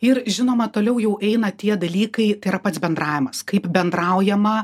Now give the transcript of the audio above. ir žinoma toliau jau eina tie dalykai tai yra pats bendravimas kaip bendraujama